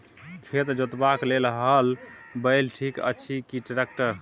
खेत जोतबाक लेल हल बैल ठीक अछि की ट्रैक्टर?